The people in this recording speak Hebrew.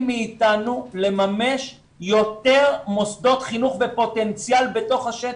מאיתנו לממש יותר מוסדות חינוך בפוטנציאל בתוך השטח.